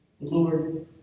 Lord